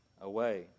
away